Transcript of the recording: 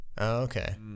okay